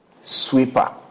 sweeper